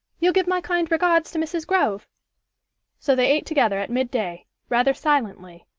you'll give my kind regards to mrs. grove so they ate together at midday, rather silently,